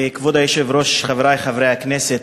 כבוד היושב-ראש, חברי חברי הכנסת,